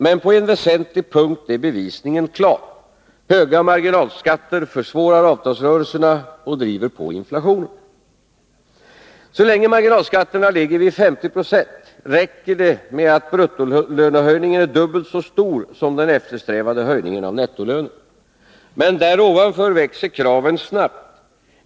Men på en väsentlig punkt är bevisningen klar — höga marginalskatter försvårar avtalsrörelserna och driver på inflationen. Så länge marginalskatterna ligger vid 50 26, räcker det med att bruttolönehöjningen är dubbelt så stor som den eftersträvade höjningen av nettolönen. Men däröver växer kraven snabbt.